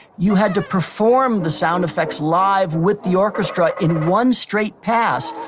you had to perform the sound effects live with the orchestra in one straight pass.